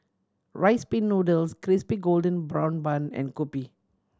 Rice Pin Noodles Crispy Golden Brown Bun and kopi